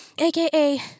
aka